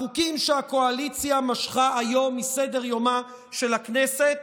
החוקים שהקואליציה משכה היום מסדר-יומה של הכנסת